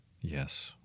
Yes